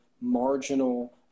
marginal